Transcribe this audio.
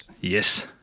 Yes